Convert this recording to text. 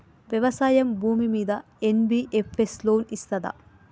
వ్యవసాయం భూమ్మీద NBFS loan ఇస్తదా?